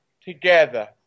together